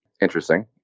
interesting